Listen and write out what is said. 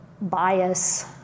bias